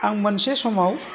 आं मोनसे समाव